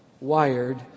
wired